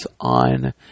on